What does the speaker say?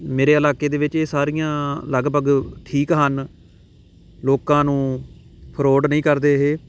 ਮੇਰੇ ਇਲਾਕੇ ਦੇ ਵਿੱਚ ਇਹ ਸਾਰੀਆਂ ਲਗਭਗ ਠੀਕ ਹਨ ਲੋਕਾਂ ਨੂੰ ਫਰੋਡ ਨਹੀਂ ਕਰਦੇ ਇਹ